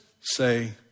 say